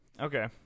Okay